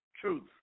truth